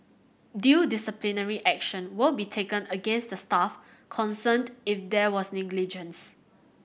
due disciplinary action will be taken against the staff concerned if there was negligence